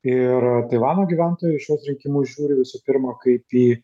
ir taivano gyventojai šiuos rinkimus žiūri visų pirma kaip į